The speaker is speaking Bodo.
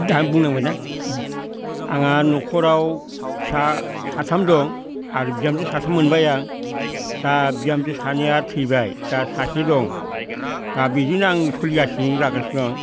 दा बुंनांबाय ना आंहा न'खराव फिसा साथाम दं आरो बिहामजो साथाम मोनबाय आं दा बिहामजो सानैया थैबाय दा सासे दं दा बिदिनो आं सोलिगासिनो जागासिनो दं